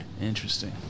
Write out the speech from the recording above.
Interesting